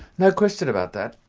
no question about that.